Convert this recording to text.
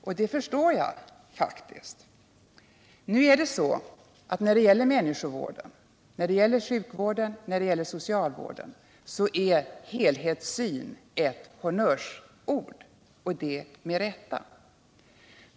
Det förstår jag faktiskt inte. Vad det gäller människovården, sjukvården, socialvården, är helhetssyn ett honnörsord, och det med rätta.